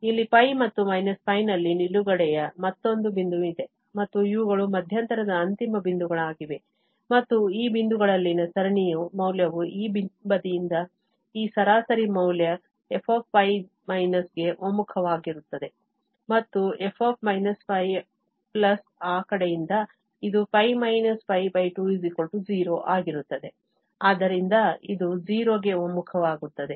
ಇಲ್ಲಿ π ಮತ್ತು π ನಲ್ಲಿ ನಿಲುಗಡೆಯ ಮತ್ತೊಂದು ಬಿಂದುವಿದೆ ಮತ್ತು ಇವುಗಳು ಮಧ್ಯಂತರದ ಅಂತಿಮ ಬಿಂದುಗಳಾಗಿವೆ ಮತ್ತು ಈ ಬಿಂದುಗಳಲ್ಲಿನ ಸರಣಿಯ ಮೌಲ್ಯವು ಈ ಬದಿಯಿಂದ ಈ ಸರಾಸರಿ ಮೌಲ್ಯ fπ ಗೆ ಒಮ್ಮುಖವಾಗುತ್ತದೆ ಮತ್ತು f π ಆ ಕಡೆಯಿಂದ ಇದು 20 ಆಗಿರುತ್ತದೆ ಆದ್ದರಿಂದ ಇದು 0 ಗೆ ಒಮ್ಮುಖವಾಗುತ್ತದೆ